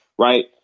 Right